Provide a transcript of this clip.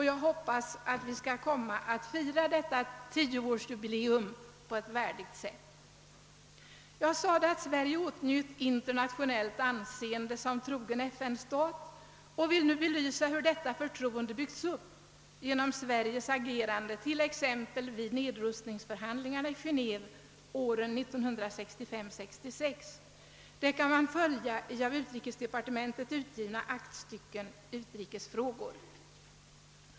Jag hoppas att vi skall komma att fira detta tioårsjubileum på ett värdigt sätt. Jag nämnde att Sverige åtnjuter internationellt anseende som trogen FN-stat och vill nu belysa hur detta förtroende byggts upp genom vårt lands agerande t.ex. vid nedrustningsförhandlingarna i Genéve åren 1965—1966. Det kan man följa i de av utrikesdepartementet utgivna aktstyckena, Utrikesfrågor.